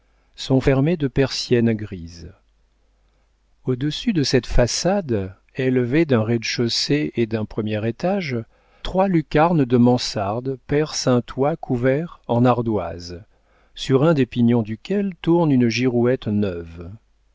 sont fermées de persiennes grises au-dessus de cette façade élevée d'un rez-de-chaussée et d'un premier étage trois lucarnes de mansarde percent un toit couvert en ardoises sur un des pignons duquel tourne une girouette neuve